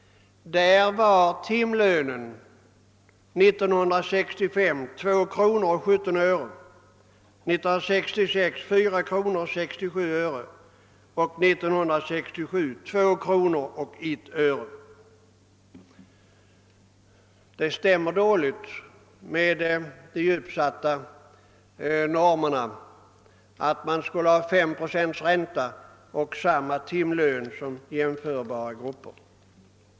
Där var timlönen 1965 kronor 2: 17, 1966 4:67 och 1967 2:01. Det stämmer dåligt med de uppsatta normerna om 5 procents ränta och samma timlön för jordbrukarna som jämförbara grupper.